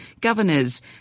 governors